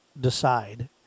decide